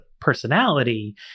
personality